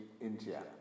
India